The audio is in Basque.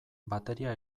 bateria